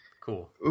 Cool